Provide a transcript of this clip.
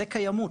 זה קיימות,